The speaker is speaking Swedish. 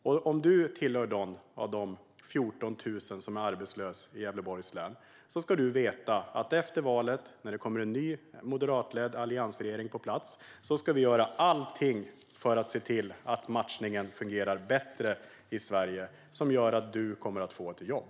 Om du som lyssnar på detta är en av dessa 14 000 som är arbetslösa i Gävleborgs län ska du veta att efter valet, när det kommer en ny, moderatledd alliansregering, ska vi göra allting för att se till att matchningen fungerar bättre i Sverige, så att du kommer att få ett jobb.